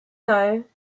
though